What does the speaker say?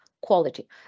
quality